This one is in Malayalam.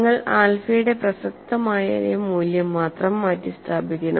നിങ്ങൾ ആൽഫയുടെ പ്രസക്തമായ മൂല്യം മാത്രം മാറ്റിസ്ഥാപിക്കണം